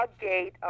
gate